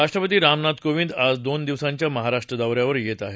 राष्ट्रपती रामनाथ कोविंद आज दोन दिवसांच्या महाराष्ट्र दौ यावर येत आहेत